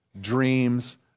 dreams